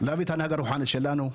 את ההנהגה הרוחנית שלנו,